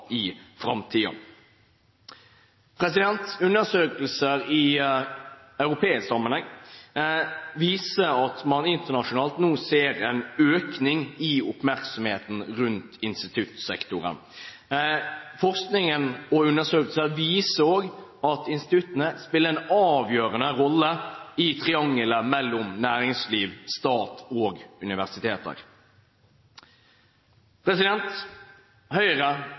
i framtiden. Undersøkelser i europeisk sammenheng viser at man internasjonalt nå ser en økning i oppmerksomheten rundt instituttsektoren. Forskning og undersøkelser viser også at instituttene spiller en avgjørende rolle i triangelet næringsliv, stat og universiteter. Høyre